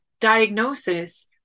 diagnosis